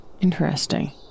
Interesting